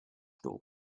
school